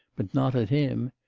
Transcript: but not of him.